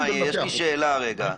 יש לי שאלה רגע.